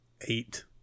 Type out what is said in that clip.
Eight